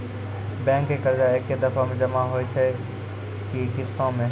Bank के कर्जा ऐकै दफ़ा मे जमा होय छै कि किस्तो मे?